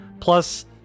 plus